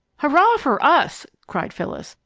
hurrah for us! cried phyllis.